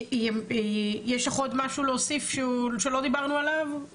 יש לך עוד משהו להוסיף שלא דיברנו עליו?